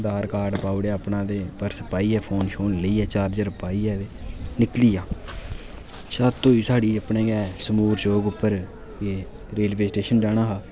आधार card पाउड़ेआ अपना ते पर्स पाइयै फोन शोन लेइयै चार्जर पाइयै ते निकली गेआ झत्त होई साढ़ी अपने गे समूर चौक उप्पर रेलवे स्टेशन जाना हा